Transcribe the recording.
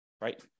right